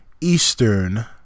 Eastern